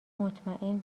مطمئن